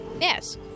Yes